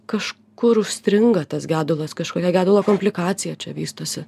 kažkur užstringa tas gedulas kažkokia gedulo komplikacija čia vystosi